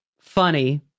funny